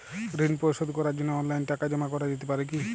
ঋন পরিশোধ করার জন্য অনলাইন টাকা জমা করা যেতে পারে কি?